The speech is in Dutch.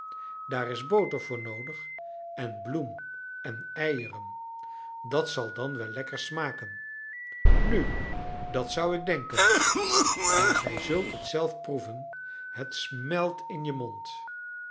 daar is boter voor noodig en bloem en eieren dat zal dan wel lekker smaken nu dat zou ik denken maar gij zult het zelf proeven het smelt in je mond